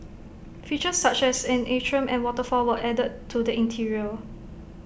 features such as an atrium and waterfall were added to the interior